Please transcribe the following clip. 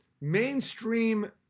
mainstream